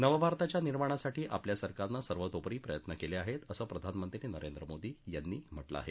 नवभारताच्या निर्माणासाठी आपल्या सरकारनं सर्वतोपरी प्रयत्न केले आहेत असं प्रधानमंत्री नरेंद्र मोदी यांनी म्हटलं आहे